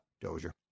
Dozier